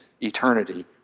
eternity